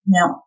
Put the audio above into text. Now